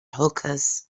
hookahs